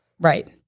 Right